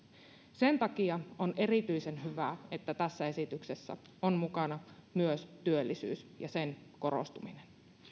sen takia on erityisen hyvä että tässä esityksessä on mukana myös työllisyys ja sen korostuminen